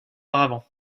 auparavant